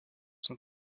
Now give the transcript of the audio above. son